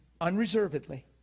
unreservedly